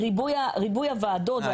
ריבוי ועדות.